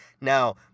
Now